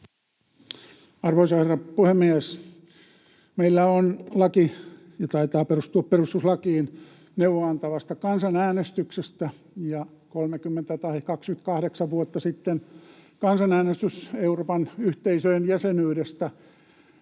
Arvoisa herra puhemies! Meillä on laki — taitaa perustua perustuslakiin — neuvoa-antavasta kansanäänestyksestä, ja 28 vuotta sitten kansanäänestys Euroopan yhteisöjen jäsenyydestä